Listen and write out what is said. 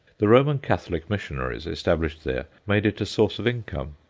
the roman catholic missionaries established there made it a source of income,